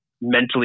mentally